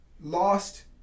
lost